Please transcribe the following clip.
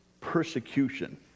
persecution